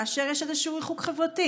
כאשר יש איזשהו ריחוק חברתי.